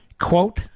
Quote